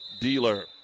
dealer